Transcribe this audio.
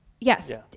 yes